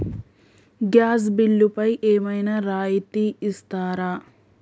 Gas బిల్లుపై ఏమైనా రాయితీ ఇస్తారా?